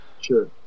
Sure